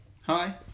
Hi